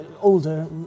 older